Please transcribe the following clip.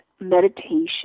meditation